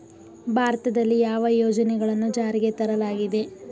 ಭಾರತದಲ್ಲಿ ಯಾವ ಯೋಜನೆಗಳನ್ನು ಜಾರಿಗೆ ತರಲಾಗಿದೆ?